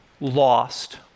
lost